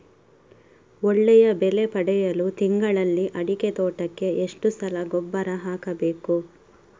ಒಳ್ಳೆಯ ಬೆಲೆ ಪಡೆಯಲು ತಿಂಗಳಲ್ಲಿ ಅಡಿಕೆ ತೋಟಕ್ಕೆ ಎಷ್ಟು ಸಲ ಗೊಬ್ಬರ ಹಾಕಬೇಕು?